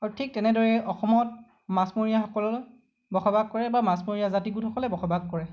আৰু ঠিক তেনেদৰে অসমত মাছমৰীয়াসকল বসবাস কৰে বা মাছমৰীয়া জাতি গোটসকলে বসবাস কৰে